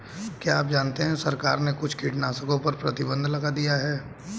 क्या आप जानते है सरकार ने कुछ कीटनाशकों पर प्रतिबंध लगा दिया है?